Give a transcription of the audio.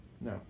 No